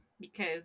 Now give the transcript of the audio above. because-